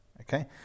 Okay